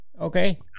Okay